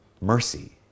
mercy